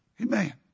Amen